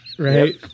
Right